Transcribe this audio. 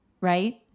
right